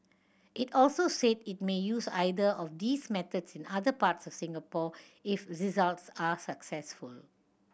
it also said it may use either of these methods in other parts of Singapore if results are successful